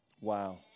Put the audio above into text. Wow